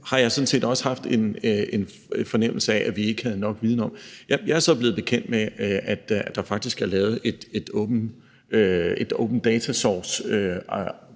har jeg sådan set også haft en fornemmelse af var noget, vi ikke havde nok viden om. Jeg er så blevet bekendt med, at der faktisk er lavet en open data